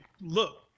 look